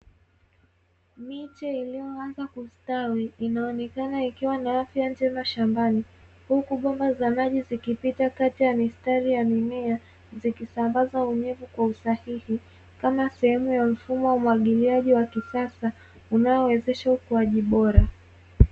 Miche iliyoanza kustawi inaonekana ikiwa na afya njema shambani, huku bomba za maji zikipita kati ya mistari ya mimea zikisambaza unyevu kwa usahihi, kama sehemu ya mfumo wa umwagiliaji wa kisasa unaowezesha ukuaji bora.